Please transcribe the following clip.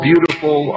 Beautiful